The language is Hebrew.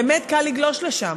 באמת קל לגלוש לשם,